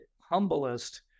humblest